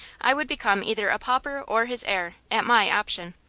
i would become either a pauper or his heir, at my option.